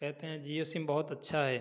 कहते हैं जियो सिम बहुत अच्छा है